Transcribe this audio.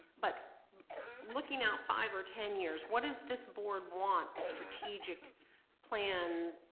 but looking out five or ten years, what does this board want, the strategic plan,